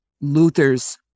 Luther's